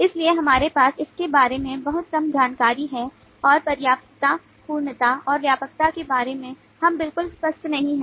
इसलिए हमारे पास इसके बारे में बहुत कम जानकारी है और पर्याप्तता पूर्णता और व्यापकता के बारे में हम बिल्कुल स्पष्ट नहीं हैं